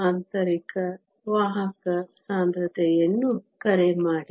ಆಂತರಿಕ ವಾಹಕ ಸಾಂದ್ರತೆಯನ್ನು ಕರೆ ಮಾಡಿ